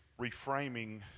reframing